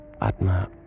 Atma